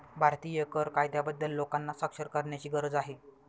भारतीय कर कायद्याबद्दल लोकांना साक्षर करण्याची गरज आहे